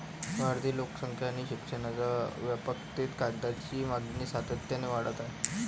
वाढती लोकसंख्या आणि शिक्षणाच्या व्यापकतेपासून कागदाची मागणी सातत्याने वाढत आहे